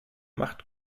macht